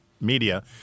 media